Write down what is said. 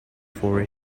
for